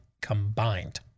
combined